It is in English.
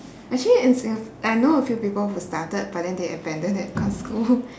actually in singa~ I know a few people who started but then they abandon it cause school